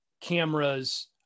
cameras